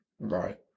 Right